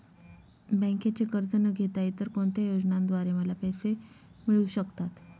बँकेचे कर्ज न घेता इतर कोणत्या योजनांद्वारे मला पैसे मिळू शकतात?